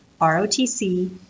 ROTC